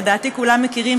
לדעתי כולם מכירים,